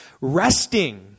Resting